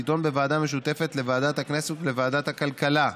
תידון בוועדה משותפת לוועדת הכנסת ולוועדת הכלכלה.